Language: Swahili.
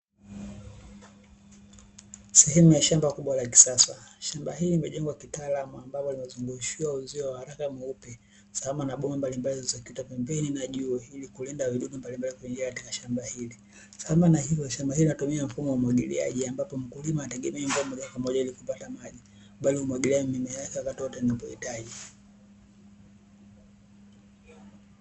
Sehemu ya shamba kubwa la kisasa, shamba hili limejengwa kitaalamu, ambalo limezungushiwa uzio wa raba mweupe sambamba na bomba mbalimbali zilizo kitwa pembeni na juu, ili kulinda vijidudu mbalimbali kuingia katika shamba hili, sambamba na shamba hili inatumia mfumo wa umwagiliaji, ambapo wakulima hategemei mvua moja kwa moja pamoja bali kumwagilia mimea wakati wote wanaohitaji.